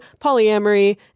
Polyamory